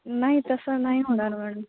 नाही तसं नाही होणार मॅडम